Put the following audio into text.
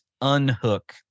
unhook